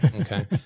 Okay